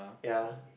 ya